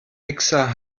mixer